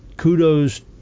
Kudos